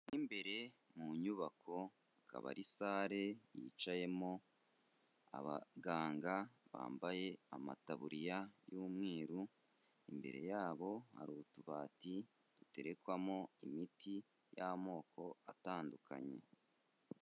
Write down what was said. Imbere mu nyubako, akaba ari sare yicayemo abaganga bambaye amatabuririya y'umweru. Imbere yabo hari utubati duterekwamo imiti y'amoko atandukanye.